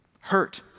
hurt